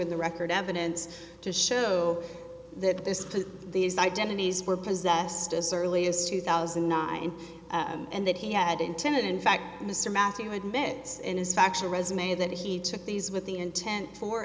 in the record evidence to show that this to these identities were possessed as early as two thousand and nine and that he had intended in fact mr matthew admits in his factual resume that he took these with the intent for